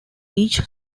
each